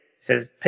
Says